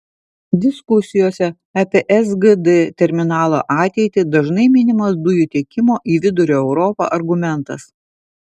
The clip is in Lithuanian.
diskusijose apie sgd terminalo ateitį dažnai minimas dujų tiekimo į vidurio europą argumentas